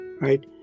right